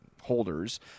holders